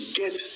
get